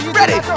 ready